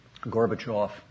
Gorbachev